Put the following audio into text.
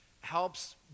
helps